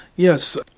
yes,